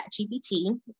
ChatGPT